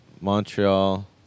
Montreal